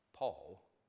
Paul